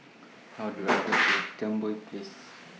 How Do I get to Jambol Place